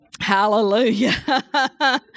Hallelujah